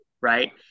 right